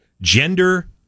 gender